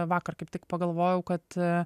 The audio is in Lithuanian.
vakar kaip tik pagalvojau kad